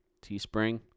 Teespring